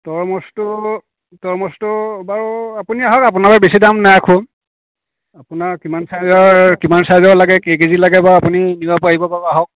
তৰমুজটো তৰমুজটো বাৰু আপুনি আহক আপোনালৈ বেছি দাম নাৰাখোঁ আপোনাক কিমান চাইজৰ কিমান চাইজৰ লাগে কেই কেজি লাগে বাৰু আপুনি নিব পাৰিব বাৰু আহক